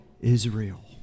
Israel